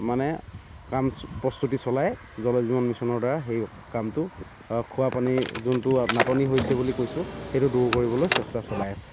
মানে কাম প্ৰস্তুতি চলাই জল জীৱন মিছনৰ দ্বাৰা সেই কামটো খোৱা পানীৰ যোনটো নাটনি হৈছে বুলি কৈছোঁ সেইটো দূৰ কৰিবলৈ চেষ্টা চলাই আছে